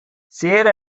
சேர